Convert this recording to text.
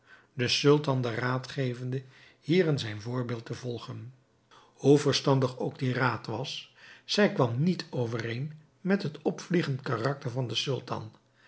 den sultan den raad gevende hierin zijn voorbeeld te volgen hoe verstandig ook die raad was zij kwam niet overeen met het opvliegend karakter van den sultan